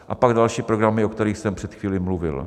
A pak další programy, o kterých jsem před chvíli mluvil.